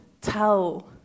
tell